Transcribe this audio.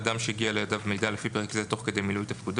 "אדם שהגיע לידיו מידע לפי פרק זה תוך כדי מילוי תפקידו